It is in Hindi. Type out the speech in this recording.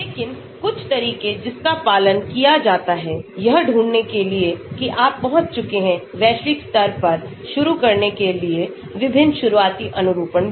लेकिन कुछ तरीके जिसका पालन किया जाता है यह ढूंढने के लिएकी आप पहुंच चुके हैं वैश्विक स्तर पर शुरू करने के लिए विभिन्न शुरुआती अनुरूपण को